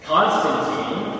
Constantine